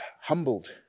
humbled